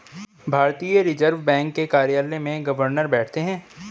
भारतीय reserve bank के कार्यालय में गवर्नर बैठते हैं